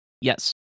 Yes